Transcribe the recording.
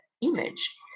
image